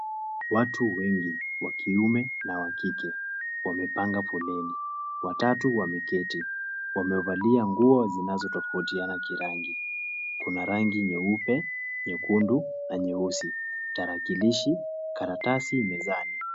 Watu wengi wa kiume na wa kike, wamepanga foleni. Watatu wameketi. Wamevalia nguo zinazotafautiana kirangi. Kuna rangi nyeupe, nyekundu na nyeusi. Tarakilishi, karatsi mezani.